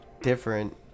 different